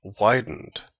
widened